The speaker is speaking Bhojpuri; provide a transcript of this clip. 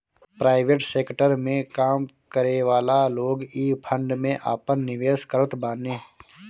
प्राइवेट सेकटर में काम करेवाला लोग इ फंड में आपन निवेश करत बाने